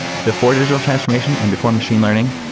before digital transformation and before machine learning,